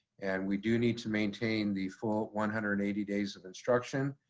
and we do need to maintain the full one hundred and eighty days of instruction.